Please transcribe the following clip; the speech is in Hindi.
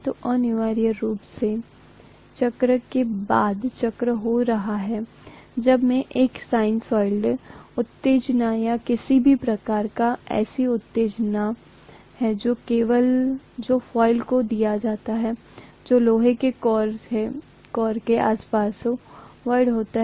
तो यह अनिवार्य रूप से चक्र के बाद चक्र हो रहा है जब मैं एक साइनसोइडल उत्तेजना या किसी भी प्रकार का एसी उत्तेजना है जो कोइल को दिया जाता है जो लोहे के कोर के आसपास वॉउंड होता है